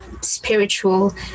spiritual